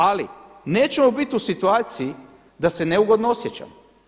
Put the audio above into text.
Ali nećemo biti u situaciji da se neugodno osjećamo.